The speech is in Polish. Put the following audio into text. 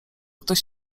ktoś